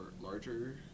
larger